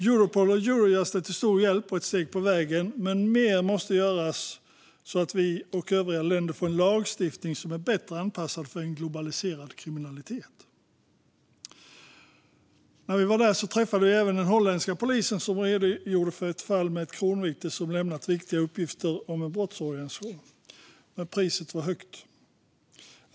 Europol och Eurojust är till stor hjälp och ett steg på vägen, men mer måste göras så att vi och övriga länder får en lagstiftning som är bättre anpassad för en globaliserad kriminalitet. I Haag träffade vi även den holländska polisen, som redogjorde för ett fall med ett kronvittne som lämnat viktiga uppgifter om en brottsorganisation. Priset var högt.